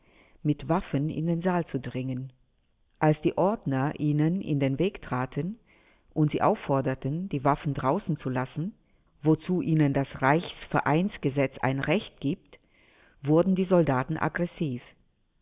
mit waffen in den saal zu dringen als die ordner ihnen in den weg traten und sie aufforderten die waffen draußen zu lassen wozu ihnen das reichsvereinsgesetz ein recht gibt wurden die soldaten aggressiv